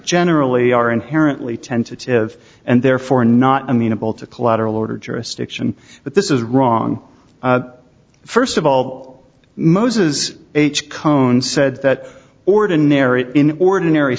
generally are inherently tentative and therefore not amenable to collateral order jurisdiction but this is wrong first of all moses h cone said that ordinary in ordinary